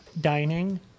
dining